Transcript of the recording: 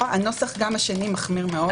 גם הנוסח השני מחמיר מאוד.